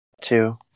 two